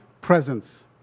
presence